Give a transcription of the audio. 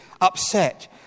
upset